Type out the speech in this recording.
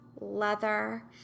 leather